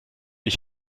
ich